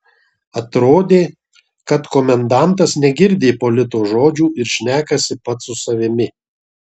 atrodė kad komendantas negirdi ipolito žodžių ir šnekasi pats su savimi